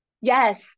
Yes